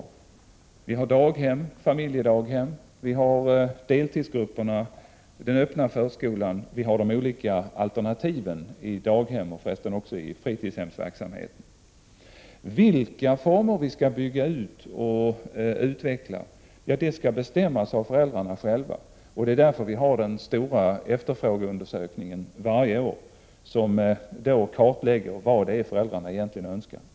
Det finns daghem, familjedaghem, deltidsgrupper, den öppna förskolan och de olika alternativen i daghemsoch i fritidshemsverksamheten. Vilka former som skall byggas ut och utvecklas skall föräldrarna själva bestämma. Det är därför som det varje år görs en stor efterfrågeundersökning med vars hjälp man kartlägger vad föräldrarna egentligen önskar.